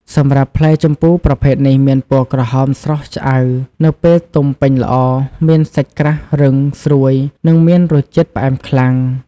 សម្រាប់ផ្លែជម្ពូប្រភេទនេះមានពណ៌ក្រហមស្រស់ឆ្អៅនៅពេលទុំពេញល្អ មានសាច់ក្រាស់ រឹង ស្រួយ និងមានរសជាតិផ្អែមខ្លាំង។